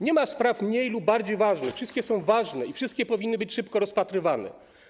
Nie ma spraw mniej lub bardziej ważnych, wszystkie są ważne i wszystkie powinny być szybko rozpatrywane.